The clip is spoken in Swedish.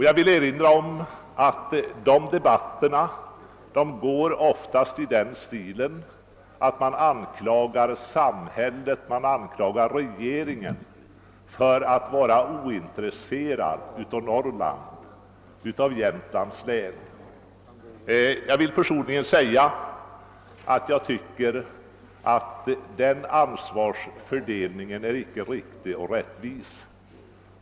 Jag vill erinra om att de debatterna oftast går i den riktningen att man anklagar samhället och regeringen för att vara ointresserade av Jämtlands län och Norrland. Den ansvarsfördelningen tycker jag för min del inte är alldeles riktig och rättvis.